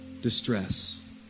distress